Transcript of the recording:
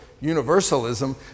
universalism